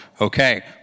Okay